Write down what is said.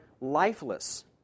lifeless